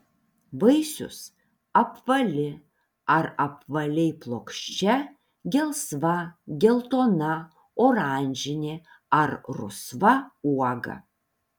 vaisius apvali ar apvaliai plokščia gelsva geltona oranžinė ar rusva uoga